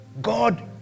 God